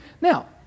Now